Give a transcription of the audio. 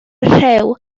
rhew